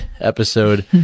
episode